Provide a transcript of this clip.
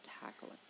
tackling